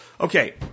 Okay